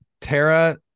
Tara